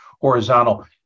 horizontal